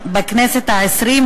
בכנסת העשרים,